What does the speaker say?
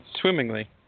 Swimmingly